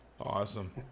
Awesome